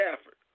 Stafford